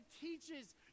teaches